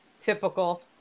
typical